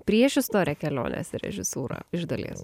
priešistorę kelionės į režisūrą iš dalies